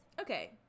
Okay